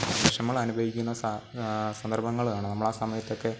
വിഷമങ്ങളനുഭവിക്കുന്ന സ സന്ദർഭങ്ങളാണ് നമ്മളാ സമയത്തൊക്കെ